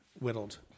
whittled